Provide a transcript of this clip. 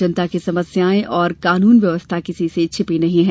जनता की समस्याएं और कानून व्यवस्था किसी से छूपी नहीं है